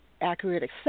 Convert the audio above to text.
accurate